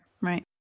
right